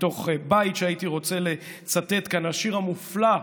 מתוך בית שהייתי רוצה לצטט כאן מהשיר המופלא,